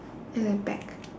at the back